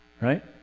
right